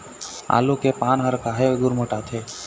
आलू के पान हर काहे गुरमुटाथे?